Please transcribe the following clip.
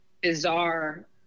bizarre